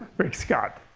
rick scott,